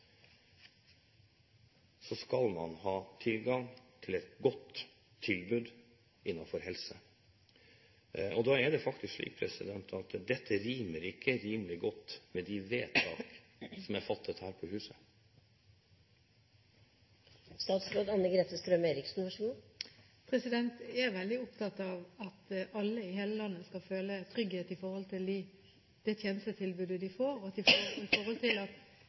skal man ha tilgang til et godt helsetilbud. Dette rimer ikke godt med de vedtak som er fattet her på huset. Jeg er veldig opptatt av at alle i hele landet skal føle trygghet for det tjenestetilbudet de får, at den dagen man blir syk, skal man få god behandling uansett hvor man er. Vi har satset mye på akuttberedskapen i Norge. Det gjør at